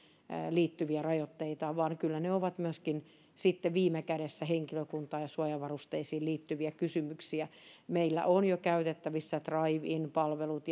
liittyviä rajoitteita vaan kyllä ne ovat myöskin sitten viime kädessä henkilökuntaan ja suojavarusteisiin liittyviä kysymyksiä meillä on jo käytettävissä drive in palvelut